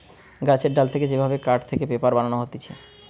গাছের ডাল থেকে যে ভাবে কাঠ থেকে পেপার বানানো হতিছে